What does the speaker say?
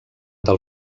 del